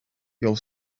your